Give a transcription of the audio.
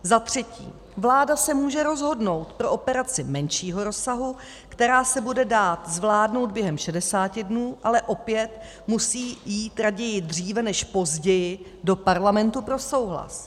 Zatřetí, vláda se může rozhodnout pro operaci menšího rozsahu, která se bude dát zvládnout během 60 dnů, ale opět musí jít raději dříve než později do Parlamentu pro souhlas.